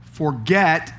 forget